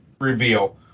reveal